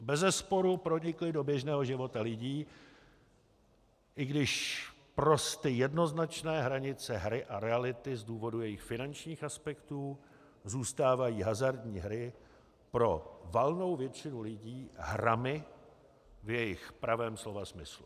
Bezesporu pronikly do běžného života lidí, i když prosty jednoznačné hranice hry a reality z důvodů jejich finančních aspektů zůstávají hazardní hry pro valnou většinu lidí hrami v jejich pravém slova smyslu.